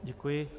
Děkuji.